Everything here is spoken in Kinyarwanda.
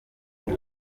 buri